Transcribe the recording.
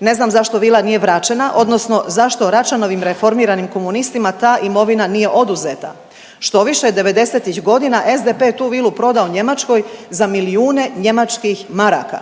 Ne znam zašto vila nije vraćena odnosno zašto Račanovim reformiranim komunistima ta imovina nije oduzeta. Štoviše '90.-tih godina SDP je tu vilu prodao Njemačkoj za milijune njemačkih maraka.